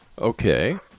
Okay